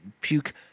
puke